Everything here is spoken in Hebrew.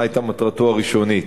מה היתה מטרתו הראשונית: